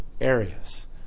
areas